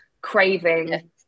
craving